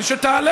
שתעלה,